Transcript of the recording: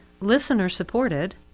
listener-supported